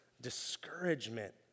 discouragement